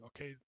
okay